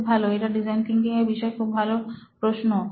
খুব ভালো এটা ডিজাইন থিংকিং এর বিষয়ে খুবই ভালো প্রশ্ন